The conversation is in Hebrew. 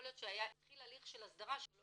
יכול להיות שהתחיל הליך של הסדרה שלא